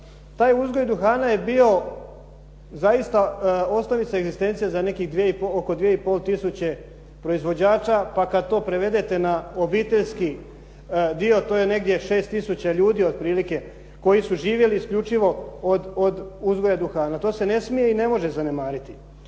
Taj uzgoj duhana je bio zaista osnovica egzistencije za nekih oko 2 i pol tisuće proizvođača, pa kad to prevede na obiteljski dio to je negdje 6 tisuća ljudi otprilike koji su živjeli isključivo od uzgoja duhana. To se ne smije i ne može zanemariti.